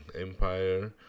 Empire